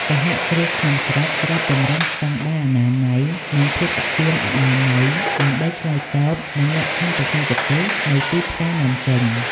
សហគ្រាសក្នុងស្រុកត្រូវពង្រឹងស្ដង់ដារអនាម័យ និងភូតគាមអនាម័យ ដើម្បីឆ្លើយតបនឹងលក្ខខណ្ឌបច្ចេកទេសនៃទីផ្សារនាំចេញ។